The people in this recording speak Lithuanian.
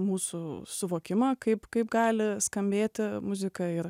mūsų suvokimą kaip kaip gali skambėti muzika ir